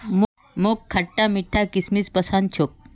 मोक खटता मीठा किशमिश पसंद छोक